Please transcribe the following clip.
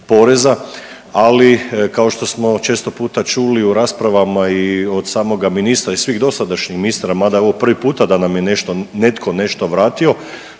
ali kao što smo često puta čuli u raspravama i od samoga ministra i svih dosadašnjih ministara mada je ovo prvi puta da nam je netko, netko nešto